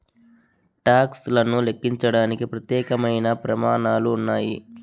talks లను లెక్కించడానికి ప్రత్యేకమైన ప్రమాణాలు ఉన్నాయి